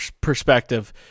perspective